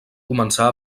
començar